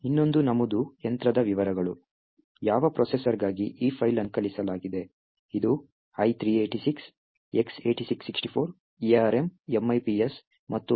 ಇನ್ನೊಂದು ನಮೂದು ಯಂತ್ರದ ವಿವರಗಳು ಯಾವ ಪ್ರೊಸೆಸರ್ಗಾಗಿ ಈ ಫೈಲ್ ಅನ್ನು ಸಂಕಲಿಸಲಾಗಿದೆ ಇದು i386 X86 64 ARM MIPS ಮತ್ತು ಮುಂತಾದ ನಮೂದುಗಳನ್ನು ಹೊಂದಿರಬಹುದು